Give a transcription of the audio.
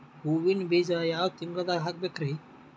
ಹೂವಿನ ಬೀಜ ಯಾವ ತಿಂಗಳ್ದಾಗ್ ಹಾಕ್ಬೇಕರಿ?